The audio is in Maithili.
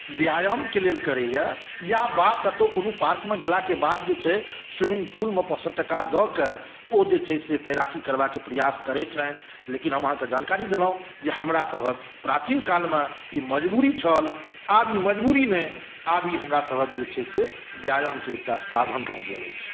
व्यायामकेँ लेल करैए या वा कतहुँ कोनो पार्कमे गेलाके बाद जे छै से स्विमिंग पुलमे पाँच सए टका दएकऽओ जे छै से तैराकी करबाकेँ प्रयास करै छनि लेकिन हम अहाँकेँ जानकारी देलहुँ जे हमरा सभक प्राचीन कालमे ई मजबुरी छल आब ई मजबुरी नहि आब ई हमरा सभक जे छै से व्यायामके एकटा साधन भऽ गेल अछि